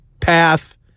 path